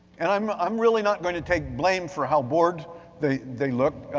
and i'm i'm really not gonna take blame for how bored they they look,